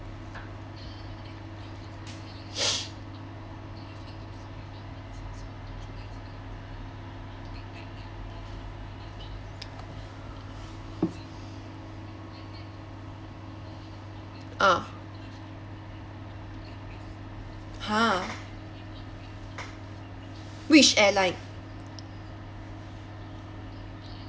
ah !huh! which airline